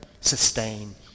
sustain